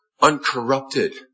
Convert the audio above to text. uncorrupted